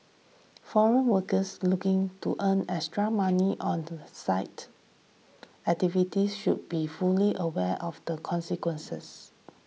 foreign workers looking to earn extra money on the side activities should be fully aware of the consequences